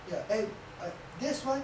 ya eh I that's why